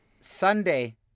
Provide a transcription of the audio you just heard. Sunday